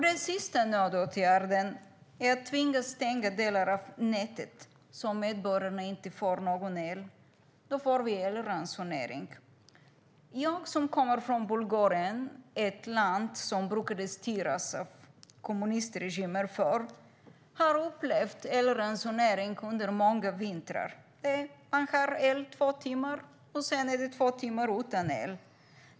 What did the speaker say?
Den sista nödåtgärden är att tvingas stänga delar av nätet, så att medborgarna inte får någon el. Då får vi elransonering. Jag som kommer från Bulgarien, ett land som förr brukade styras av kommunistregimer, har upplevt elransonering under många vintrar. Man har två timmar med el och sedan två timmar utan.